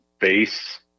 base